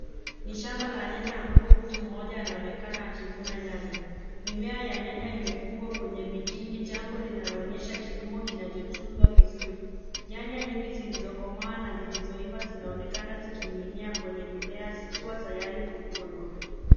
Ni shamba la nyanya ambapo mtu mmoja anaonekana akivuna nyanya. Mimea ya nyanya imefungwa kwenye vikingi, jambo linaloonyehsa kilimo kinalochungwa vizuri. Nyanya nyingi zilizokomaa na zilizoiva vizuri zinaonekana zikining'inia kwenye mimea zikiwa tayari kuvunwa.